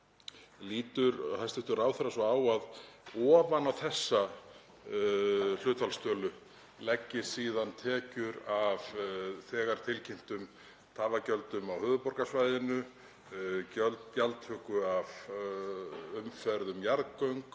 Lítur hæstv. ráðherra svo á að ofan á þá hlutfallstölu leggist síðan tekjur af þegar tilkynntum tafagjöldum á höfuðborgarsvæðinu, gjaldtöku af umferð um jarðgöng